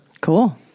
cool